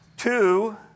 Two